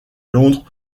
londres